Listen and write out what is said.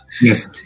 Yes